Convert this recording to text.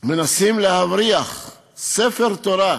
מנסים להבריח ספר תורה,